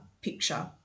picture